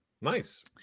Nice